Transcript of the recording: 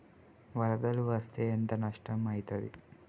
వరదలు వస్తే ఎంత నష్టం ఐతది?